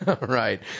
Right